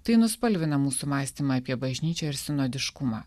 tai nuspalvina mūsų mąstymą apie bažnyčią ir sinodiškumą